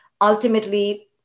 ultimately